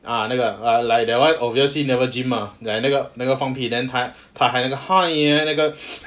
uh 那个 err like the [one] obviously never gym ah like 那个放屁 then 他他还一个 那个